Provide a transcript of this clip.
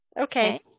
Okay